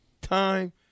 time